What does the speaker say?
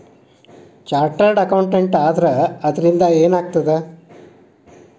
Chartered accountant ಆದ್ರ ಅದರಿಂದಾ ಏನ್ ಆಗ್ತದ?